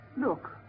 Look